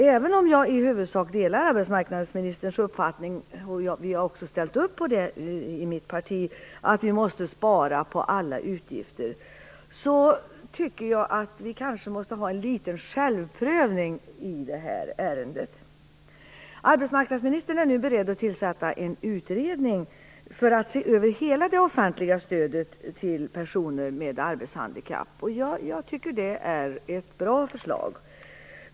Även om jag i huvudsak delar arbetsmarknadsministerns uppfattning - vi har också ställt upp på det i mitt parti - att vi måste spara på alla utgifter tycker jag att vi ändå kanske måste ha en liten självprövning i det här ärendet. Arbetsmarknadsministern är nu beredd att tillsätta en utredning för att se över hela det offentliga stödet till personer med arbetshandikapp, och jag tycker att det är ett bra förslag.